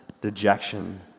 dejection